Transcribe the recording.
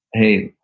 hey,